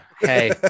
Hey